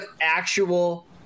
actual